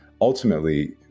ultimately